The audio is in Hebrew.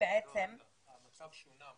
בעצם --- המצב שונה.